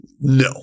No